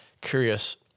curious